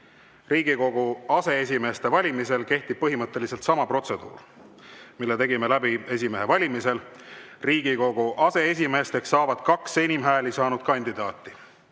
Riigikogu aseesimeeste valimisel kehtib põhimõtteliselt sama protseduur, mille tegime läbi esimehe valimisel. Riigikogu aseesimeesteks saavad kaks enim hääli saanud kandidaati.